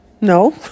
No